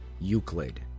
Euclid